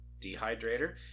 dehydrator